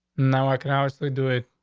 now, i can obviously do it.